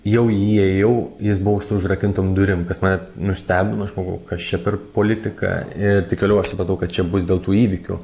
jau įėjau jis buvo užrakintom durim kas mane nustebino aš pagalvojau kas čia per politika ir tik toliau aš supratau kad čia bus dėl tų įvykių